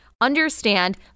understand